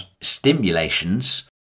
stimulations